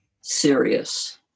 serious